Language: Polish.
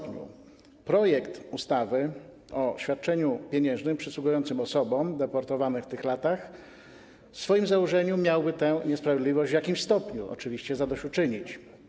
Projekt ustawy o świadczeniu pieniężnym przysługującym osobom deportowanym w tych latach w swoim założeniu miałby tę niesprawiedliwość, w jakimś stopniu oczywiście, zadośćuczynić.